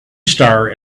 star